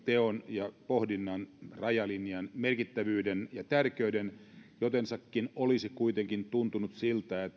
ja pohdinnan rajalinjan merkittävyyden ja tärkeyden jotensakin olisi kuitenkin tuntunut siltä